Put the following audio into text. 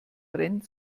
brennt